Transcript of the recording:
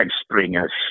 springers